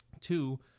Two